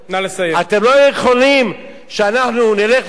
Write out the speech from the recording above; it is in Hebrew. אתם לא יכולים שאנחנו נלך לצבא,